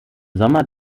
sommer